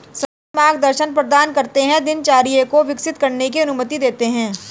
संस्थान मार्गदर्शन प्रदान करते है दिनचर्या को विकसित करने की अनुमति देते है